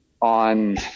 on